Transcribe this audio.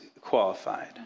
qualified